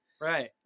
Right